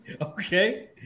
Okay